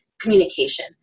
Communication